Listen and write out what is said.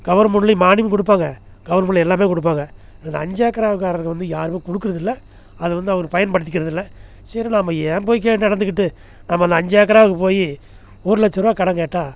கவர்மண்ட்லையும் மானியமும் கொடுப்பாங்க கவர்மண்டில் எல்லாமே கொடுப்பாங்க இந்த அஞ்சு ஏக்கர் காரங்க வந்து யாரும் கொடுக்கறதில்ல அது வந்து அவர் பயன்படுத்திக்கிறதில்லை சரி நம்ப ஏன் போய் கேட்டு நடந்துக்கிட்டு நம்ம இந்த அஞ்சு ஏக்கராவுக்கு போய் ஒரு லட்சம் ரூபாய் கடன் கேட்டால்